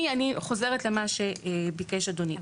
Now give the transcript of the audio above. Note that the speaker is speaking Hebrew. אני חוזרת למה שביקש אדוני.